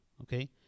okay